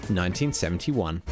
1971